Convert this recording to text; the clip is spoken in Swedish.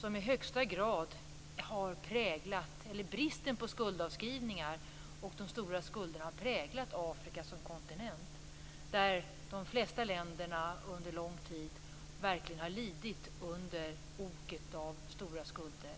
som i högsta grad har präglat Afrika som kontinent. De flesta länderna har under lång tid verkligen lidit under oket av stora skulder.